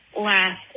last